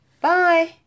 bye